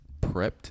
Prepped